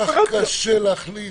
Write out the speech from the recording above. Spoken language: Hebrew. קשה להחליט?